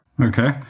Okay